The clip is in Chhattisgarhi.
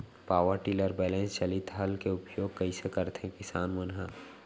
पावर टिलर बैलेंस चालित हल के उपयोग कइसे करथें किसान मन ह?